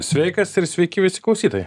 sveikas ir sveiki visi klausytojai